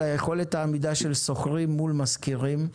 יכולת העמידה של שוכרים מול משכירים,